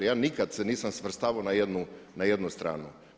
Ja nikad se nisam svrstavao na jednu stranu.